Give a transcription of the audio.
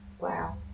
Wow